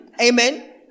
Amen